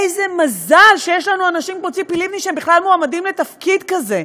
איזה מזל שיש לנו אנשים כמו ציפי לבני שבכלל מועמדים לתפקיד כזה.